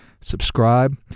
Subscribe